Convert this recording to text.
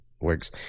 works